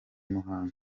muhanga